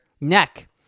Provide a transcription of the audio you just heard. neck